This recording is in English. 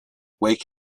wake